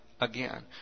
again